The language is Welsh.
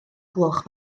gloch